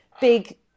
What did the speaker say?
big